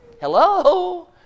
Hello